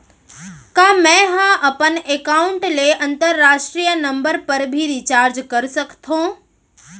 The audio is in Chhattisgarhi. का मै ह अपन एकाउंट ले अंतरराष्ट्रीय नंबर पर भी रिचार्ज कर सकथो